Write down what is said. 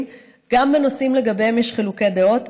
גם בנושאים שלגביהם יש חילוקי דעות,